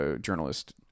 journalist